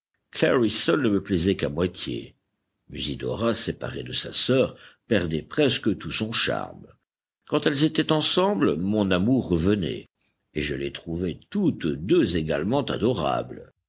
ne me plaisait qu'à moitié musidora séparée de sa sœur perdait presque tout son charme quand elles étaient ensemble mon amour revenait et je les trouvais toutes deux également adorables